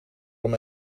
hem